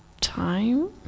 time